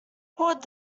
port